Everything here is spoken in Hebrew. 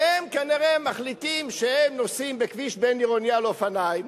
והם כנראה מחליטים שהם נוסעים בכביש בין-עירוני על אופניים,